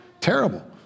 terrible